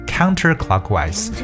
Counterclockwise